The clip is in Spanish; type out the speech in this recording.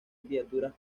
criaturas